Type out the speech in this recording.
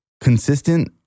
consistent